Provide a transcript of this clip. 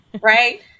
Right